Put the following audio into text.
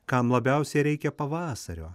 kam labiausiai reikia pavasario